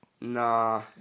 Nah